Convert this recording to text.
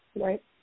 Right